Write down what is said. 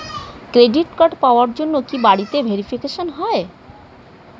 Credit card পাওয়ার জন্য কি বাড়িতে ভেরিফিকেশন হয়?